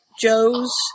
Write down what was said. Joe's